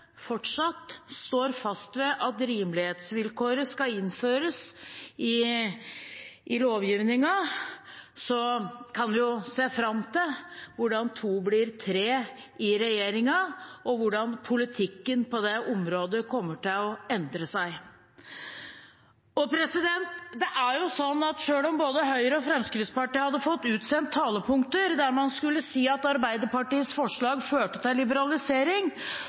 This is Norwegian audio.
fortsatt står fast ved at rimelighetsvilkåret skal innføres i lovgivningen, kan vi jo se fram til hvordan to blir tre i regjeringen, og hvordan politikken på det området kommer til å endre seg. Selv om både Høyre og Fremskrittspartiet hadde fått utsendt talepunkter der man skulle si at Arbeiderpartiets forslag førte til liberalisering,